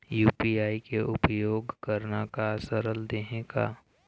UPI के उपयोग करना का सरल देहें का?